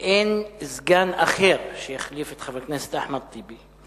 ואין סגן אחר שיחליף את חבר הכנסת אחמד טיבי,